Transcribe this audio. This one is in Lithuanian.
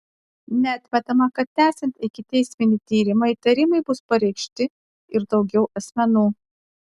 neatmetama kad tęsiant ikiteisminį tyrimą įtarimai bus pareikšti ir daugiau asmenų